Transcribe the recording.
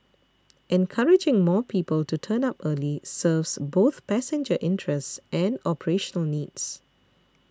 encouraging more people to turn up early serves both passenger interests and operational needs